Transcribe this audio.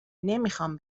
نمیخوام